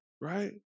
right